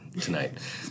tonight